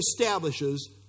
establishes